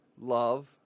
love